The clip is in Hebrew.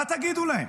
מה תגידו להם?